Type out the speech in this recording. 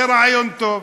זה רעיון טוב.